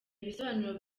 ibisobanuro